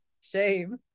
shame